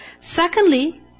Secondly